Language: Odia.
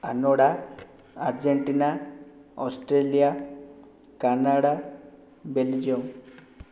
Andorra Argentina Australia Canada Belgium